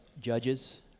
judges